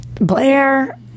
Blair